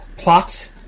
plot